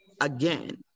Again